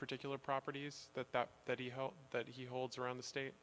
particular properties that that he home that he holds around the state